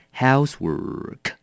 housework